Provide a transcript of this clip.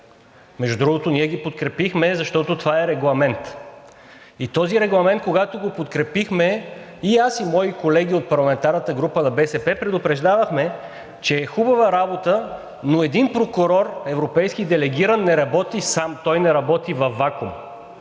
Между другото, ние ги подкрепихме, защото това е регламент и този регламент, когато го подкрепихме, и аз, и мои колеги от парламентарната група на БСП, предупреждавахме, че е хубава работа, но един прокурор, европейски делегиран, не работи сам, той не работи във вакуум